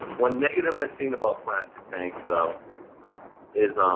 one negative i've seen about plastic tanks though is